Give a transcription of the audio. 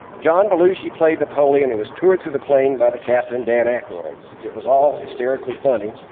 john belushi played napoleon and was toured through the plane by the captain dan aykroyd. it was all hysterically funny,